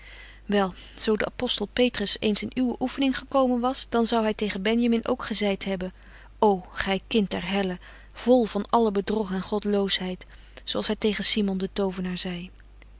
wel zo de apostel petrus eens in uwe oeffening gekomen was dan zou hy tegen benjamin ook gezeit hebben ô gy kind der helle vol van alle bedrog en godloosheid zo als hy tegen simon den